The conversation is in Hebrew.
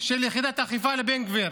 של יחידת אכיפה לבן גביר.